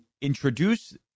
introduce